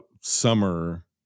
summer